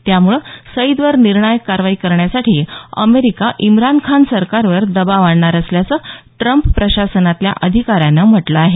त्यामुळे सईदवर निर्णायक कारवाई करण्यासाठी अमेरिका इम्रान खान सरकारवर दबाव आणणार असल्याचं ट्रम्प प्रशासनातल्या अधिका यानं म्हटलं आहे